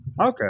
Okay